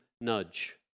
nudge